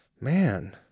man